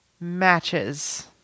matches